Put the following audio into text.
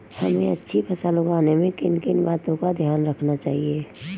हमें अच्छी फसल उगाने में किन किन बातों का ध्यान रखना चाहिए?